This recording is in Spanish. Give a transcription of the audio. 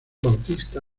bautista